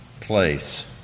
place